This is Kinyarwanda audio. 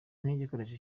nk’igikoresho